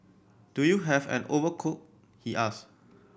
do you have an overcoat he asked